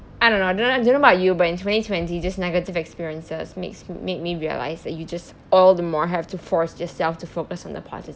I don't know I don't know I don't know about you but in twenty twenty just negative experiences makes make me realise that you just all the more have to force yourself to focus on the positive